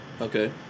Okay